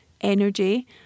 energy